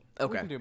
okay